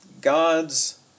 God's